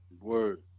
Word